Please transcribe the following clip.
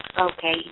Okay